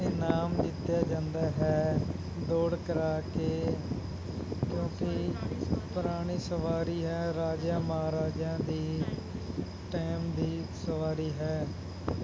ਇਨਾਮ ਜਿੱਤਿਆ ਜਾਂਦਾ ਹੈ ਦੌੜ ਕਰਵਾ ਕੇ ਕਿਉਂਕਿ ਪੁਰਾਣੀ ਸਵਾਰੀ ਹੈ ਰਾਜਿਆਂ ਮਹਾਰਾਜਿਆਂ ਦੀ ਟਾਈਮ ਦੀ ਸਵਾਰੀ ਹੈ